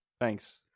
Thanks